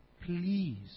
please